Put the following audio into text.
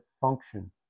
function